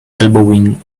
elbowing